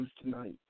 tonight